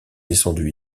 descendu